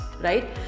Right